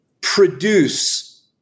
produce